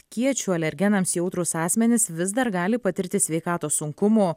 kiečių alergenams jautrūs asmenys vis dar gali patirti sveikatos sunkumų